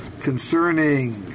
concerning